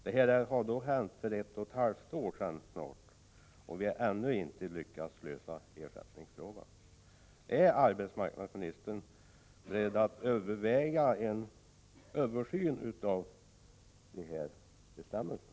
Den händelse jag åberopat ägde rum för snart ett och ett halvt år sedan, och vi har ännu inte lyckats lösa ersättningsfrågan. Är arbetsmarknadsministern beredd att överväga en översyn av bestämmelserna?